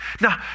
Now